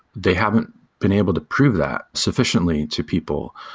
they haven't been able to prove that sufficiently to people.